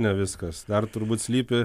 ne viskas dar turbūt slypi